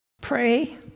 Pray